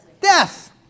death